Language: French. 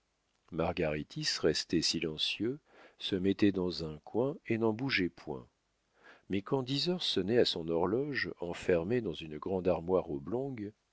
restait silencieux se mettait dans un coin et n'en bougeait point mais quand dix heures sonnaient à son horloge enfermée dans une grande armoire oblongue